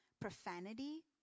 profanity